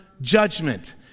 judgment